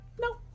No